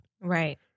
Right